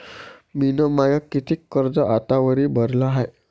मिन माय कितीक कर्ज आतावरी भरलं हाय?